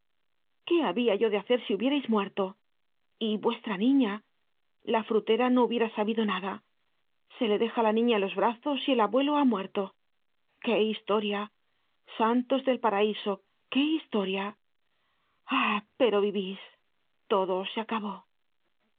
qué habia yo de hacer si hubiérais muerto y vuestra niña la frutera no hubiera sabido nada se le deja la niña en los brazos y el abuelo ha muerto qué historia santos del paraiso qué historia ah pero vivís todo se acabó